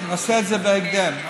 נעשה את זה בהקדם.